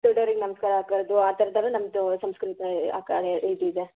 ದೊಡ್ದೋರಿಗೆ ನಮಸ್ಕಾರ ಹಾಕದು ಆ ಥರದ್ದೆಲ್ಲ ನಮ್ದು ಸಂಸ್ಕೃತಿ ಆ ಕಡೆ ಇದಿದೆ